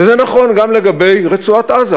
וזה נכון גם לגבי רצועת-עזה.